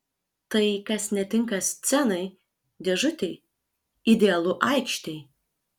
tai kas netinka scenai dėžutei idealu aikštei